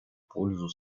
пользу